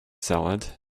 salad